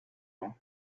temps